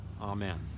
Amen